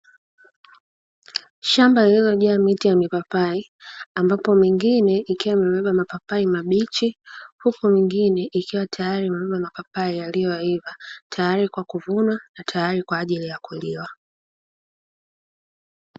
Shamba lililojaa miti ya mipapai, ambapo mingine ikiwa imebeba mapapai mabichi, huku mingine ikiwa tayari imebeba mapapai yaliyoiva tayari kwa kuvunwa na tayari kwaajili ya kuliwa.